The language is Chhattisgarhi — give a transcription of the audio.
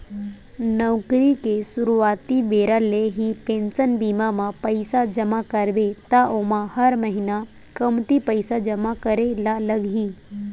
नउकरी के सुरवाती बेरा ले ही पेंसन बीमा म पइसा जमा करबे त ओमा हर महिना कमती पइसा जमा करे ल लगही